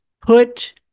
put